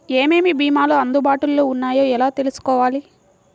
ఏమేమి భీమాలు అందుబాటులో వున్నాయో ఎలా తెలుసుకోవాలి?